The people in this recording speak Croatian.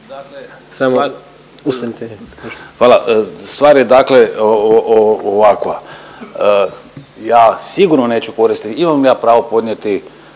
Hvala. Stvar je dakle ovakva, ja sigurno neću … ima ja pravo podnijeti